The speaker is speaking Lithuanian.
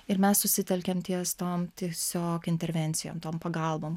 ir mes susitelkėm ties tom tiesiog intervencijom tom pagalbom